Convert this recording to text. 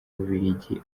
bubiligi